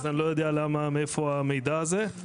אז אני לא יודע מאיפה המידע הזה.